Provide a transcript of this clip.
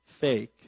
fake